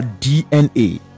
dna